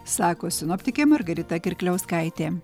sako sinoptikė margarita kirkliauskaitė